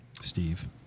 Steve